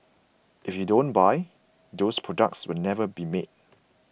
if you don't buy those products will never be made